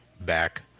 back